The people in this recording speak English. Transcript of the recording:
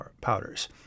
powders